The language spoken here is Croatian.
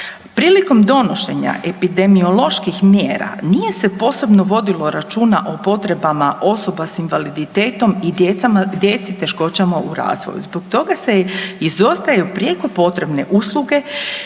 Prilikom donošenja epidemioloških mjera nije se posebno vodilo računa o potrebama osoba s invaliditetom i djeci s teškoćama u razvoju. Zbog toga se izostaju prijeko potrebne usluge